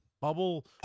bubble